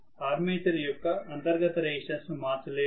armature యొక్క అంతర్గత resistance ను మార్చలేము